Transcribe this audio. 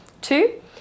two